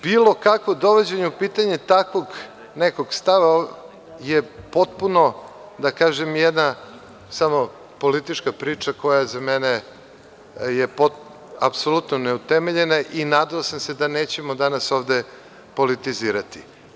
Bilo kakvo dovođenje u pitanje takvog nekog stava je potpuno jedna samo politička priča, koja za mene je apsolutno neutemeljena i nadao sam se da nećemo danas ovde politizirati.